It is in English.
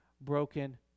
broken